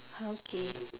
okay